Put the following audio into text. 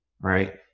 right